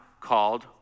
called